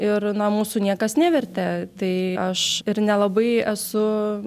ir na mūsų niekas nevertė tai aš ir nelabai esu